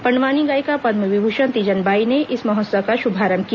पंडवानी गायिका पदम विभूषण तीजन बाई ने इस महोत्सव का शुभारंभ किया